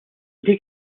dik